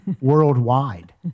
worldwide